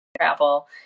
travel